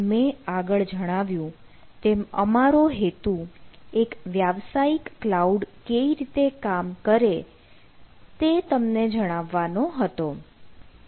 પણ મેં આગળ જણાવ્યું તેમ અમારો હેતુ એક વ્યવસાયિક ક્લાઉડ કઈ રીતે કામ કરે તે તમને જણાવવાનો હતો